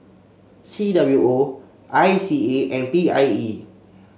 C W O I C A and P I E